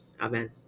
Amen